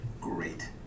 Great